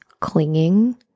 clinging